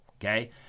Okay